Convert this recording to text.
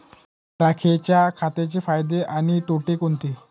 राखेच्या खताचे फायदे आणि तोटे कोणते?